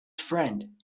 friend